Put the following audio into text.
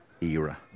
era